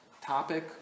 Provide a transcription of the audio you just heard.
topic